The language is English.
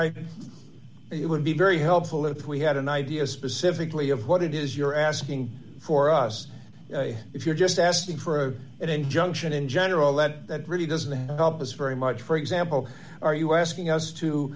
think it would be very helpful if we had an idea specifically of what it is you're asking for us if you're just asking for an injunction in general that that really doesn't help us very much for example are you asking us to